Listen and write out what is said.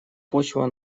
почва